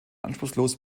anspruchslos